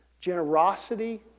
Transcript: generosity